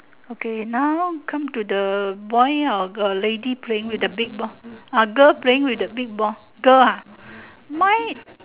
okay now come to do the boy or girl lady playing with the big ball ah girl playing with the big ball girl ah mine